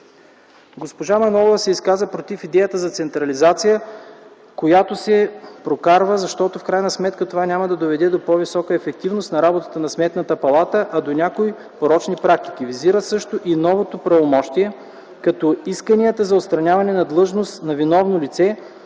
Госпожа Манолова се изказа против идеята за централизация, която се прокарва, защото в крайна сметка това няма да доведе до по-висока ефективност на работата на Сметната палата, а до някои порочни практики. Визира също и новото правомощие, като „исканията за отстраняване от длъжност на виновно лице”,